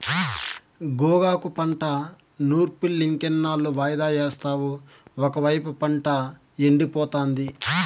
గోగాకు పంట నూర్పులింకెన్నాళ్ళు వాయిదా యేస్తావు ఒకైపు పంట ఎండిపోతాంది